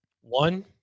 One